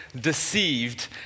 deceived